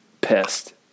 pissed